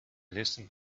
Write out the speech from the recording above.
distant